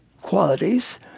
qualities